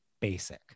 basic